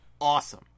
awesome